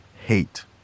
hate